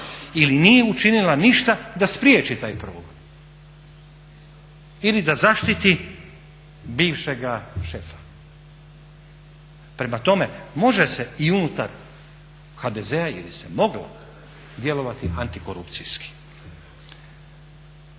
ili nije učinila ništa da spriječi taj progon ili da zaštiti bivšega šefa. Prema tome, može se i unutar HDZ-a, ili se moglo, djelovati antikorupcijski.